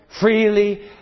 Freely